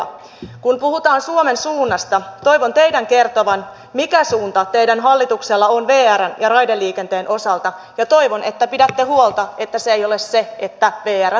kun puhutaan suomen suunnasta toivon teidän kertovan mikä suunta teidän hallituksella on vrn ja raideliikenteen osalta ja toivon että pidätte huolta että se ei ole se että vr pilkotaan